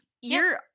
You're-